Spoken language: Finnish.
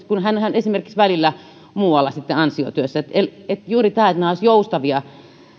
kun esimerkiksi ollaan välillä muualla ansiotyössä että olisi tärkeää juuri tämä että olisivat joustavia